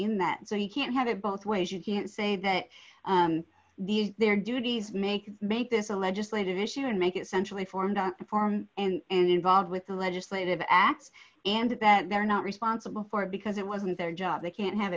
in that so you can't have it both ways you can say that their duties make make this a legislative issue and make it centrally formed form and involved with the legislative acts and that they're not responsible for it because it wasn't their job they can't have